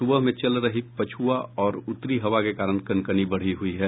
सुबह में चल रही पछुआ और उत्तरी हवा के कारण कनकनी बढ़ी हुई है